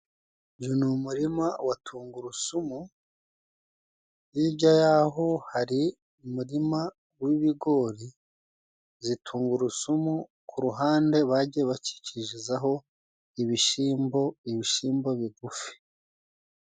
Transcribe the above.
Uyu ni umurima wa tungurusumu hirya yaho hari umurima w'ibigori. Izi tungurusumu ku ruhande bagiye bakicirizaho ibishimbo, ibishimbo bigufi.